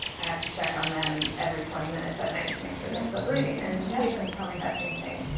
i have to check on them every twenty minutes at night to make sure they're still breathing. and patients tell me that same thing.